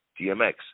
DMX